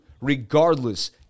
regardless